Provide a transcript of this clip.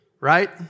right